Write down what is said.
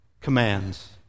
commands